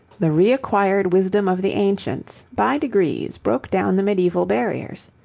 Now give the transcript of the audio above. the reacquired wisdom of the ancients by degrees broke down the medieval barriers.